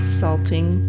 salting